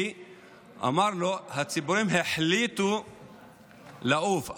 כי הציפורים החליטו לעוף,